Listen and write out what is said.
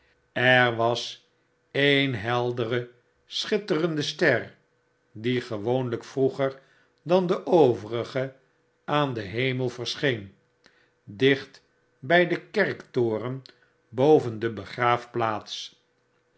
er was een heldere schitterende ster die gewoonlijk vroeger dan de overige aan den hemel verscheen dicht bij den kerktoren boven de begraafplaats